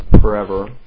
forever